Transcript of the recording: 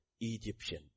Egyptian